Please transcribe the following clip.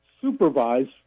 supervise